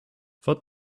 thought